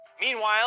Meanwhile